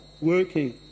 working